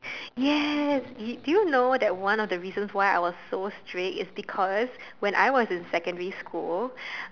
yes do you do you know that one of the reasons why I am so strict is because when I was in secondary school